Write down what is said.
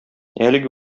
әлеге